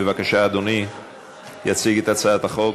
בבקשה, אדוני יציג את הצעת החוק.